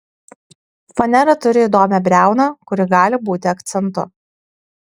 fanera turi įdomią briauną kuri gali būti akcentu